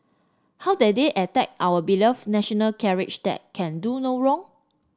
how dare they attack our beloved national carrier that can do no wrong